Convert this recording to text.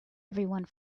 everyone